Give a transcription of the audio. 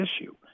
issue